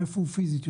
איפה הוא יושב פיסית?